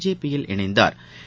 ஜேபியில் இணைந்தாா்